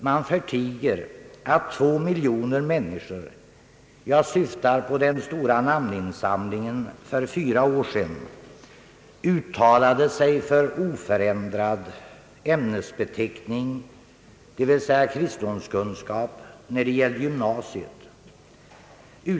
Man förtiger att två miljoner människor — jag syftar på den stora namninsamlingen för fyra år sedan — uttalade sig för oförändrad ämnesbeteckning, dvs. kristendomskunskap, när det gällde gymnasiet.